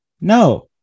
no